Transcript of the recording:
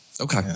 Okay